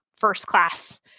first-class